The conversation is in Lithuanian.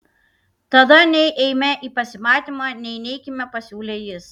tada nei eime į pasimatymą nei neikime pasiūlė jis